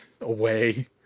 Away